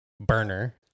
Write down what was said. burner